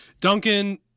Duncan